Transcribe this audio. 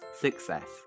success